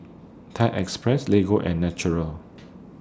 Thai Express Lego and Naturel